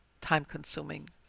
time-consuming